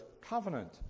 covenant